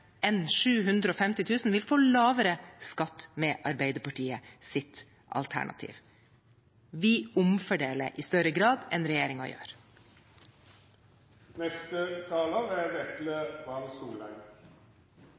enn 750 000 kr, vil få lavere skatt med Arbeiderpartiets alternativ. Vi omfordeler i større grad enn regjeringen gjør. Regjeringens forslag til statsbudsjett for 2019 er